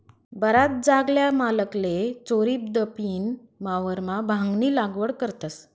बराच जागल्या मालकले चोरीदपीन वावरमा भांगनी लागवड करतस